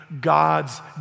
God's